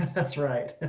that's right.